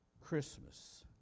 Christmas